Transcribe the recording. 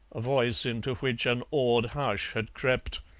a voice into which an awed hush had crept,